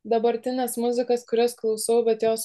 dabartines muzikas kurias klausau bet jos